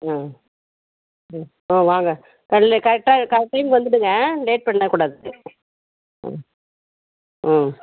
ஆ ஆ ஆ வாங்க காலையில் கரெக்டாக கரெக்ட் டைம்க்கு வந்துவிடுங்க லேட் பண்ணிடக்கூடாது ஆ ஆ